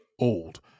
old